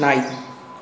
நாய்